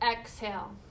exhale